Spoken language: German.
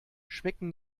schmecken